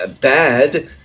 bad